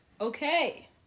Okay